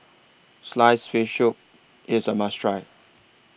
Sliced Fish Soup IS A must Try